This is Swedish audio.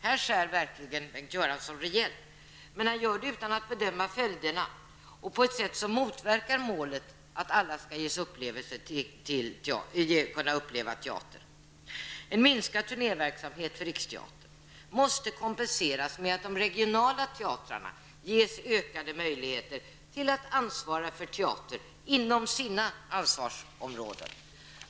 Här skär verkligen Bengt Göransson rejält, men han gör det utan att bedöma följderna och på ett sätt som motverkar målet om att alla skall ges möjlighet att uppleva teater. En minskad turnéverksamhet för Riksteatern måste kompenseras med att de regionala teatrarna ges ökade möjligheter att ansvara för teater inom sina ansvarsområden.